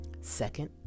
Second